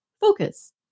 focus